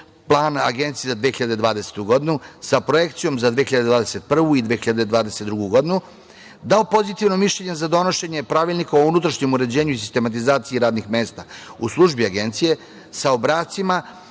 plana Agencije za 2020. godinu sa projekcijom za 2021. i 2022. godinu, dao pozitivno mišljenje za donošenje pravilnika o unutrašnjem uređenju i sistematizaciji radnih mesta u službi agencije sa obrascima,